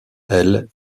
elle